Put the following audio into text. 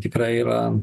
tikrai yra